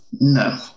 No